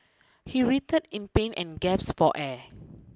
he writhed in pain and gasped for air